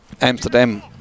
Amsterdam